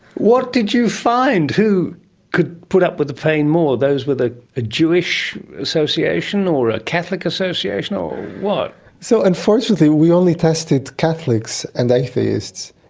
what did you find? who could put up with the pain more? those with ah a jewish association or a catholic association or what? so unfortunately we only tested catholics and atheists,